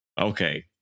okay